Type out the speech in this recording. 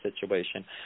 situation